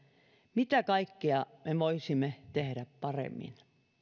mitä kaikkea me me voisimme tehdä paremmin